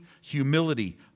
humility